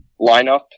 lineup